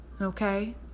okay